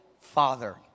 Father